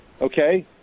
Okay